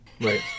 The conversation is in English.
Right